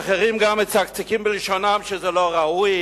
ואחרים גם מצקצקים בלשונם שזה לא ראוי,